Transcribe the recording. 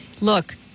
Look